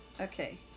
Okay